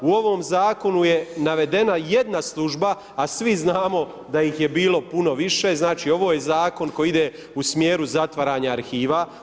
U ovom zakonu je navedena jedna služba a svi znamo da ih je bilo puno više, znači ovo je zakon koji ide u smjeru zatvaranja arhiva.